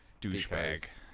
Douchebag